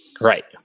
Right